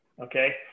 okay